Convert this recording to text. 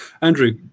Andrew